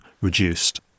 reduced